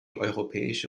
europäische